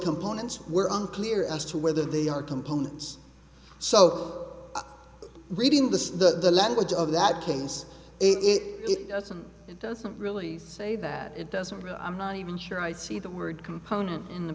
components we're unclear as to whether they are components so reading the language of that case it doesn't it doesn't really say that it doesn't i'm not even sure i see the word component in the